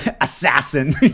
assassin